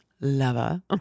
lover